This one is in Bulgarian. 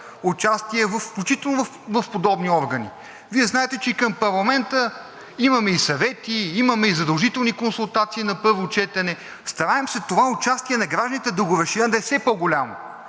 участие, включително в подобни органи. Вие знаете, че и към парламента имаме и съвети, имаме и задължителни консултации на първо четене. Стараем се това участие на гражданите да го разширим, да е все по-голямо.